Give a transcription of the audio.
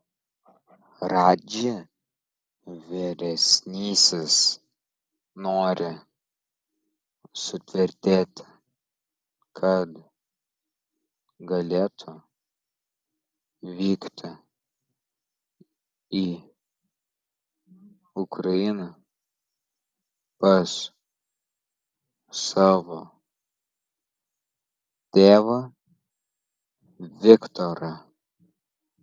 radži vyresnysis nori sutvirtėti kad galėtų vykti į ukrainą pas savo tėvą viktorą